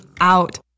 out